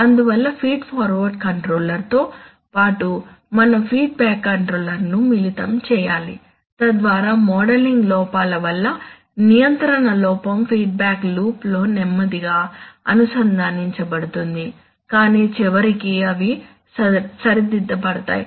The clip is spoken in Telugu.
అందువల్ల ఫీడ్ ఫార్వర్డ్ కంట్రోలర్తో పాటు మనం ఫీడ్బ్యాక్ కంట్రోలర్ను మిళితం చేయాలి తద్వారా మోడలింగ్ లోపాల వల్ల నియంత్రణ లోపం ఫీడ్బ్యాక్ లూప్లో నెమ్మదిగా అనుసంధానించబడుతుంది కాని చివరికి అవి సరిదిద్దబడతాయి